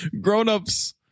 grown-ups